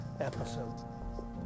episode